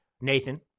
Nathan